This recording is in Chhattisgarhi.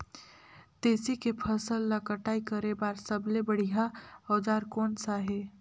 तेसी के फसल ला कटाई करे बार सबले बढ़िया औजार कोन सा हे?